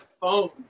phone